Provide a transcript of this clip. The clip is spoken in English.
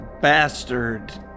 bastard